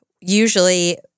usually